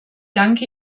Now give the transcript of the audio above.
danke